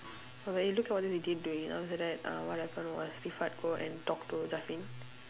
I was like eh you look at what this idiot doing and after that uh what happened was go and talk to